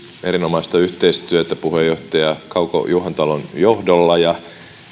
erinomaista yhteistyötä puheenjohtaja kauko juhantalon johdolla ja